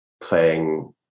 playing